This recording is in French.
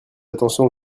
attention